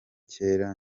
cyera